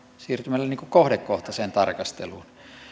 siirtymällä kohdekohtaiseen tarkasteluun